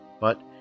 But